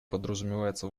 подразумевается